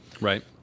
Right